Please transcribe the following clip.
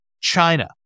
China